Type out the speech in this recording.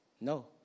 No